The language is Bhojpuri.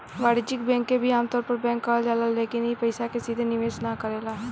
वाणिज्यिक बैंक के भी आमतौर पर बैंक कहल जाला लेकिन इ पइसा के सीधे निवेश ना करेला